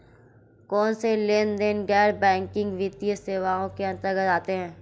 कौनसे लेनदेन गैर बैंकिंग वित्तीय सेवाओं के अंतर्गत आते हैं?